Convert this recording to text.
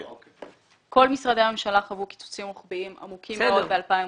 כל משרדי הממשלה חוו קיצוצים רוחביים עמוקים מאוד ב-2019.